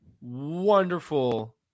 wonderful